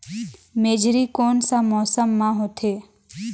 मेझरी कोन सा मौसम मां होथे?